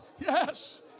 yes